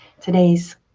today's